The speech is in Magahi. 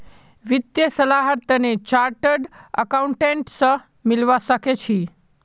वित्तीय सलाहर तने चार्टर्ड अकाउंटेंट स मिलवा सखे छि